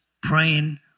praying